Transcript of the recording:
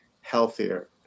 healthier